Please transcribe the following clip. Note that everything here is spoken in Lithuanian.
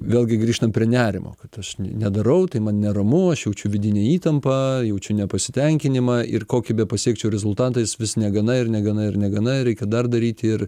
vėlgi grįžtam prie nerimo kad aš nedarau tai man neramu aš jaučiu vidinę įtampą jaučiu nepasitenkinimą ir kokį bepasekčiau rezultatą jis vis negana ir negana ir negana reikia dar daryti ir